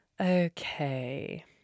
Okay